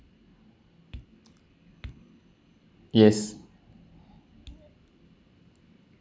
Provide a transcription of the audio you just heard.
yes